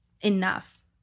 enough